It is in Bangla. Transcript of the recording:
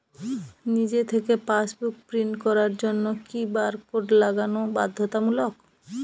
নিজে থেকে পাশবুক প্রিন্ট করার জন্য কি বারকোড লাগানো বাধ্যতামূলক?